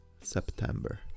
September